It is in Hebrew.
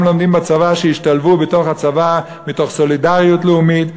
לומדים ישתלבו בצבא מתוך סולידריות לאומית,